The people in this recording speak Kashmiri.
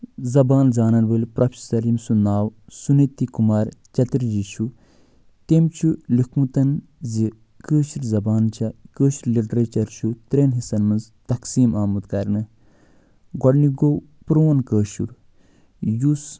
زَبان زانن وٲلِس پرفسِرَس ییٚمہِ سُند ناو سُنِتی کُمار چَتٔر جی چھُ تٔمۍ چھُ لٮ۪کھمُت زِ کٲشِر زَبان چھےٚ کٲشُر لِٹرٮ۪چر چھُ ترٮ۪ن حِصن منٛز تَقسیٖم آمُت کَرنہٕ گۄڈٕنیُک گوٚو پراون کٲشُر یُس